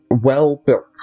Well-built